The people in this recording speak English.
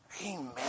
Amen